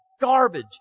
garbage